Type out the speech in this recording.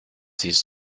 these